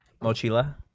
Mochila